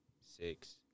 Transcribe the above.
six